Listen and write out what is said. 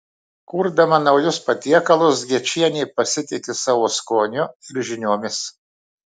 kurdama naujus patiekalus gečienė pasitiki savo skoniu ir žiniomis